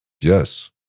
Yes